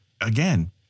Again